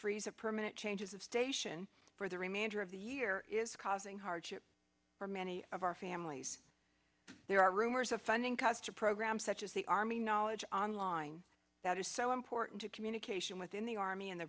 freeze of permanent changes of station for the remainder of the year is causing hardship for many of our families there are rumors of funding cuts to programs such as the army knowledge online that is so important to communication within the army and the